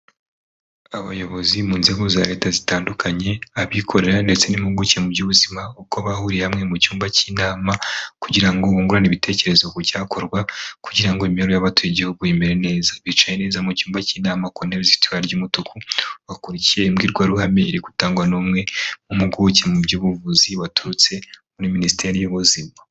Abayobozi mu nzego za leta zitandukanye, abikorera ndetse n'impuguke mu by'ubuzima uko bahuriye hamwe mu cyumba cy'inama kugira ngo bungurane ibitekerezo ku cyakorwa kugira ngo imibero y'abaturage b'igihugu imere neza, bicaye neza mu cyumba cy'inama ku ntebe zifite ibara ry'umutuku, bakurikiye imbwirwaruhame iri gutangwa n'umwe w'impuguke mu by'ubuvuzi waturutse muri Minisiteri y'ubuzima.